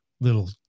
little